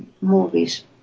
movies